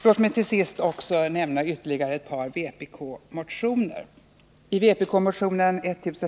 Låt mig till sist nämna ytterligare ett par vpk-motioner.